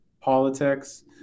politics